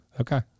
Okay